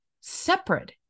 separate